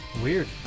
Weird